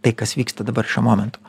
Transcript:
tai kas vyksta dabar šiuo momentu